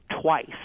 twice